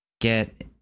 get